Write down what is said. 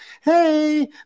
hey